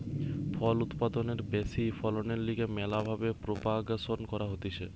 ফল উৎপাদনের ব্যাশি ফলনের লিগে ম্যালা ভাবে প্রোপাগাসন ক্যরা হতিছে